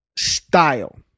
style